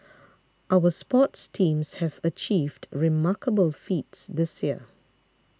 our sports teams have achieved remarkable feats this year